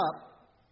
up